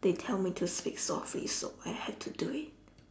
they tell me to speak softly so I have to do it